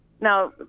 Now